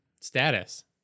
status